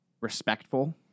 respectful